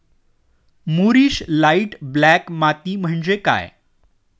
मूरिश light black माती म्हणजे काय?